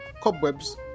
cobwebs